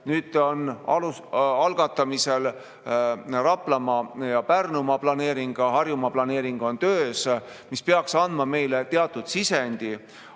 Nüüd on algatamisel Raplamaa ja Pärnumaa planeering, Harjumaa planeering on töös, see peaks andma meile teatud sisendi.